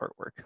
artwork